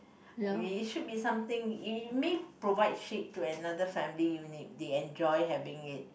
I mean it should be something it may provide shade to another family and they enjoy having it